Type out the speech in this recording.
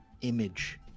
image